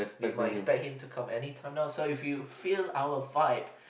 we might expect him to come anytime now so if you feel I'll fight